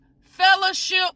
fellowship